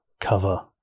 cover